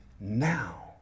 now